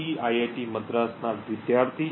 IIT મદ્રાસના વિદ્યાર્થી છે